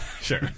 Sure